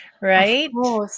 right